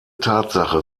tatsache